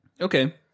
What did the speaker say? Okay